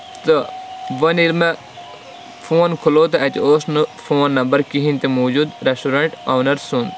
تہٕ وۄنۍ ییٚلہِ مےٚ فون کھلوو تہٕ اَتہِ اوس نہٕ فون نَمبر کِہینۍ تہِ موجوٗد ریسٹورنٹ اونر سُند